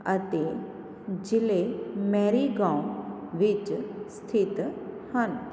ਅਤੇ ਜ਼ਿਲ੍ਹੇ ਮੈਰੀਗਾਂਓ ਵਿੱਚ ਸਥਿਤ ਹਨ